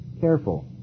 careful